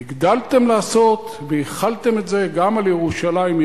והגדלתם לעשות והחלתם את זה גם על ירושלים,